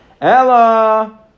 Ella